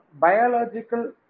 biological